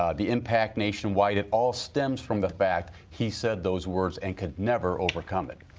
um the impact nationwide, it all stems from the fact he said those words and can never overcome it.